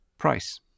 Price